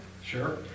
Sure